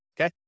Okay